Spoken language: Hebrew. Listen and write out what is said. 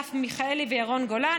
אסף מיכאלי וירון גולן,